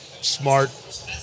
smart